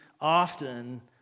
often